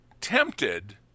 tempted